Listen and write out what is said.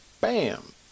Bam